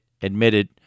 admitted